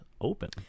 open